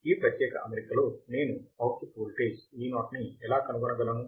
ఈ ప్రత్యేక అమరికలో నేను ఔట్పుట్ వోల్టేజ్ Vo ని ఎలా కనుగొనగలను